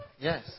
Yes